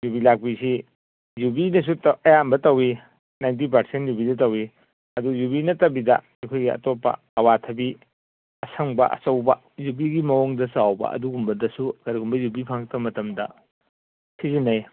ꯌꯨꯕꯤ ꯂꯥꯛꯄꯤꯁꯤ ꯌꯨꯕꯤꯗꯁꯨ ꯑꯌꯥꯝꯕ ꯇꯧꯏ ꯅꯥꯏꯟꯇꯤ ꯄꯥꯔꯁꯦꯟ ꯌꯨꯕꯤꯗ ꯇꯧꯏ ꯑꯗꯨ ꯌꯨꯕꯤ ꯅꯠꯇꯕꯤꯗ ꯑꯩꯈꯣꯏꯒꯤ ꯑꯇꯣꯞꯄ ꯑꯋꯥꯊꯕꯤ ꯑꯁꯪꯕ ꯑꯆꯧꯕ ꯌꯨꯕꯤꯒꯤ ꯃꯑꯣꯡꯗ ꯆꯥꯎꯕ ꯑꯗꯨꯒꯨꯝꯕꯗꯁꯨ ꯀꯔꯤꯒꯨꯝꯕ ꯌꯨꯕꯤ ꯐꯪꯉꯛꯇꯕ ꯃꯇꯝꯗ ꯁꯤꯖꯤꯟꯅꯩ